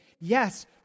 Yes